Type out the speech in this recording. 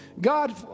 God